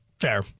Fair